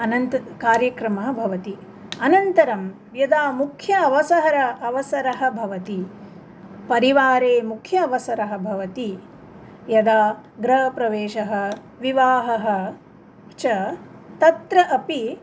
अनन्त कार्यक्रमः भवति अनन्तरं यदा मुख्यावसरः अवसरः भवति परिवारे मुख्यावसरः भवति यदा गृहप्रवेशः विवाहः च तत्र अपि